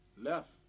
Left